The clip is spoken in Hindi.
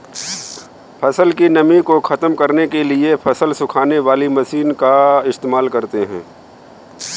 फसल की नमी को ख़त्म करने के लिए फसल सुखाने वाली मशीन का इस्तेमाल करते हैं